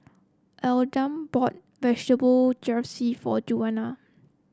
Almeda bought Vegetable Jalfrezi for Junia